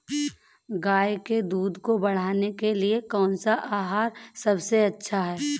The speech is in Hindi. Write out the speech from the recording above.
गाय के दूध को बढ़ाने के लिए कौनसा आहार सबसे अच्छा है?